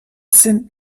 sind